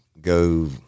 go –